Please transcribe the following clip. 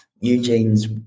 Eugene's